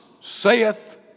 saith